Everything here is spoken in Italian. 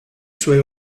sue